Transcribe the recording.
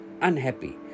unhappy